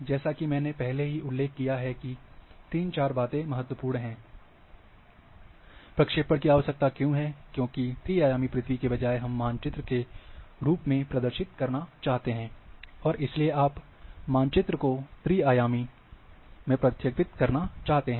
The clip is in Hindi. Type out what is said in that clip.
जैसा कि मैंने पहले ही उल्लेख किया है क़ि तीन चार बातें महत्वपूर्ण हैं प्रक्षेपण की आवश्यकता क्यों है क्योंकि त्री आयामी पृथ्वी के बजाय हम मानचित्र के रूप में प्रदर्शित करना चाहते हैं और इसलिए आप मानचित्र को त्री आयाम में प्रक्षेपित करना चाहते हैं